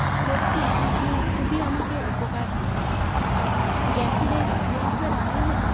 স্টোভটি খুবই আমাকে উপকার দিচ্ছে কারণ গ্যাসে যে যেই ভাবে রান্না হতো